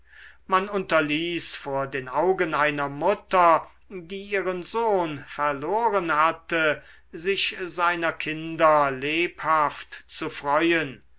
man unterließ vor den augen einer mutter die ihren sohn verloren hatte sich seiner kinder lebhaft zu freuen